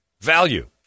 Value